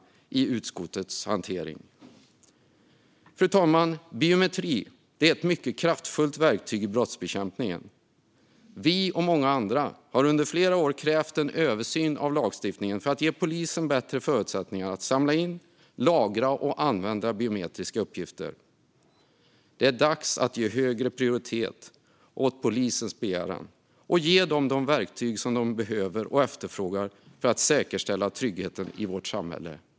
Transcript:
Anpassningar av svensk lag till EU:s förordningar om Schengens infor-mationssystem Fru talman! Biometri är ett mycket kraftfullt verktyg i brottsbekämpningen. Vi och många andra har under flera år krävt en översyn av lagstiftningen för att ge polisen bättre förutsättningar att samla in, lagra och använda biometriska uppgifter. Det är dags att ge högre prioritet åt polisens begäran och ge dem de verktyg som de behöver och efterfrågar för att säkerställa tryggheten i vårt samhälle.